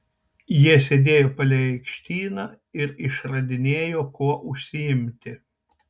jie sėdėjo palei aikštyną ir išradinėjo kuo užsiimti